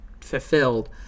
fulfilled